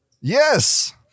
Yes